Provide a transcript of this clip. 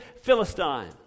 Philistine